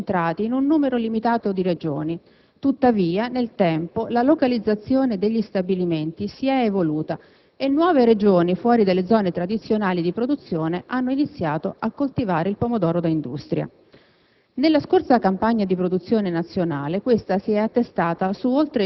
In questi Paesi, la coltivazione e gli stabilimenti di prima trasformazione sono concentrati in un numero limitato di regioni. Tuttavia, nel tempo, la localizzazione degli stabilimenti si è evoluta e nuove regioni fuori delle zone tradizionali di produzione hanno iniziato a coltivare il pomodoro da industria.